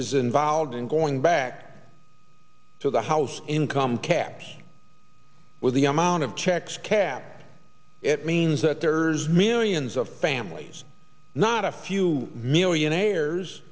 is involved in going back to the house income cap with the amount of checks cap it means that there's millions of families not a few million